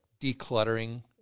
decluttering